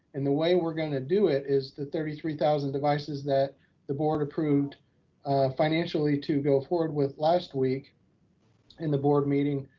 and the way we're gonna do it is that thirty three thousand devices that the board approved financially to go forward with last week in the board meeting,